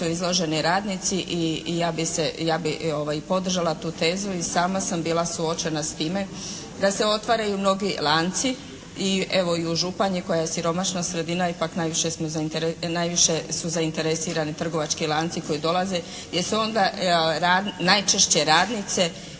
izloženi radnici i ja bih se, ja bih podržala tu tezu i sama sam bila suočena s time da se otvaraju mnogi lanci. Evo i u županji koja je siromašna sredina. Ipak najviše su zainteresirani trgovački lanci koji dolaze gdje se onda najčešće radnice